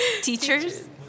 teachers